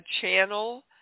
channel